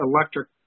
electric